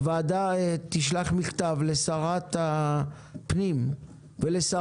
הוועדה תשלח מכתב לשרת הפנים ולשר